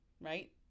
right